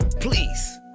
Please